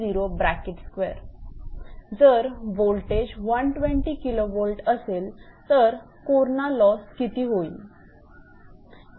जर वोल्टेज 120 𝑘𝑉 असेल तर कोरणा लॉस किती होईल